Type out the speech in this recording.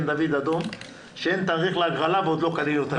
דוד אדום כשאין תאריך להגרלה ועוד לא קנינו את